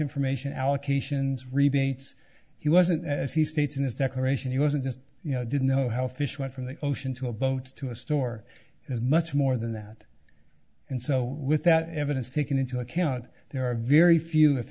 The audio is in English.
information allocations rebates he wasn't as he states in his declaration he wasn't just you know didn't know how fish went from the ocean to a boat to a store as much more than that and so with that evidence taken into account there are very few if